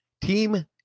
Team